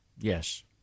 Yes